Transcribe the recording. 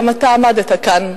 גם אתה עמדת כאן,